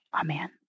Amen